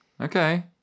Okay